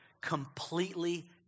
completely